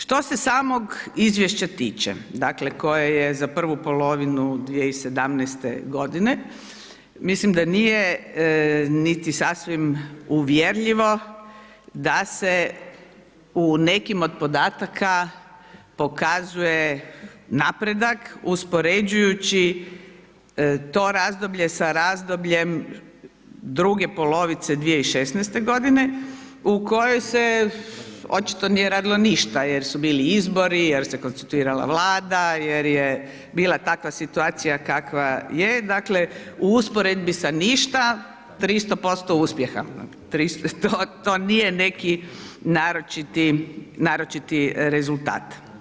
Što se samog izvješća tiče, dakle, koje je za prvu polovinu 2017.g., mislim da nije niti sasvim uvjerljivo da se u nekim od podataka pokazuje napredak uspoređujući to razdoblje sa razdobljem druge polovice 2016.g. u kojoj se očito nije radilo ništa jer su bili izbori, jer se konstituirala Vlada, jer je bila takva situacija kakva je, dakle, u usporedbi sa ništa, 300% uspjeha, to nije neki naročiti, naročiti rezultat.